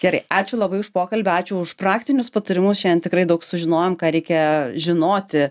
gerai ačiū labai už pokalbį ačiū už praktinius patarimus šiandien tikrai daug sužinojom ką reikia žinoti